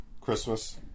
Christmas